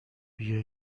بیا